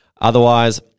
Otherwise